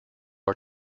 are